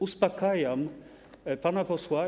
Uspokajam pana posła.